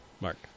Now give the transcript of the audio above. Mark